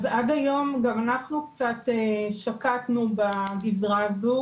עד היום גם אנחנו קצת שקטנו בגזרה הזו,